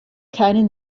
keinen